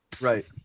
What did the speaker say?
Right